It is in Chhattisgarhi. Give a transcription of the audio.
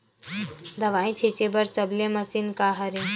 दवाई छिंचे बर सबले मशीन का हरे?